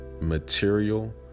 material